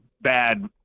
bad